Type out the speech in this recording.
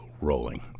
rolling